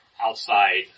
outside